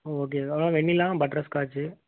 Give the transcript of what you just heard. ம் ஓகே தான் ஆனால் வெண்ணிலா பட்டர் ஸ்காட்சு